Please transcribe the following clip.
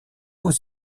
aux